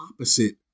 opposite